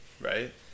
right